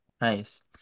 Nice